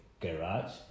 garage